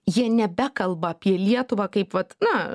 jie nebekalba apie lietuvą kaip vat na